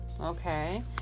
Okay